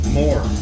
more